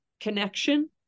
connection